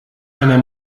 seiner